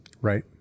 right